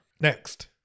Next